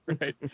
right